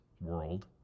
world